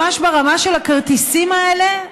ממש ברמה של הכרטיסים האלה,